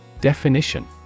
Definition